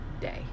day